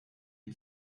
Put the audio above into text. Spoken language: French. est